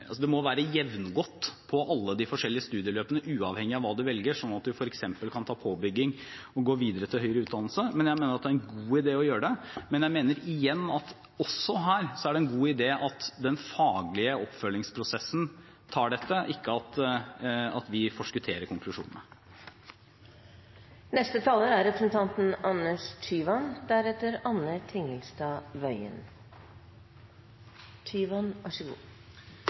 kan ta påbygging og gå videre til høyere utdannelse. Jeg mener at det er en god idé å gjøre det, men jeg mener – igjen – at også her er det en god idé at den faglige oppfølgingsprosessen tar dette, ikke at vi forskutterer